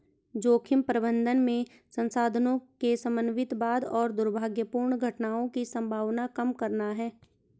जोखिम प्रबंधन में संसाधनों के समन्वित के बाद दुर्भाग्यपूर्ण घटनाओं की संभावना कम करना है